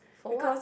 for what